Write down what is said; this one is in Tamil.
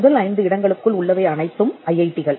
முதல் ஐந்து இடங்களுக்குள் உள்ளவை அனைத்தும் ஐ ஐ டி கள்